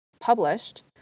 published